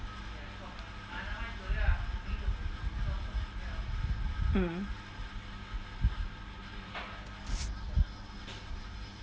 mm